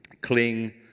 Cling